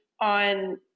on